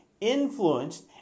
influenced